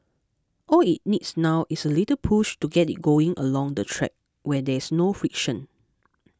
all it needs now is a little push to get it going along the track where there is no friction